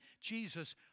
Jesus